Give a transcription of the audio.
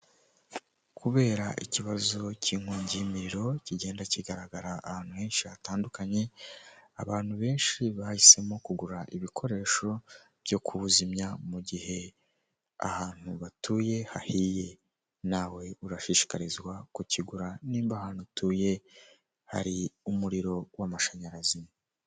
Kubera ikibazo k'inkongi y'imiriro kigenda kigaragara ahantu henshi hatandukanye, abantu benshi bahisemo kugura ibikoresho byo kuwuzimya mu gihe ahantu batuye hahiye, nawe urashishikarizwa kukigura nimba ahantu utuye hari umuriro w'amashanyarazi.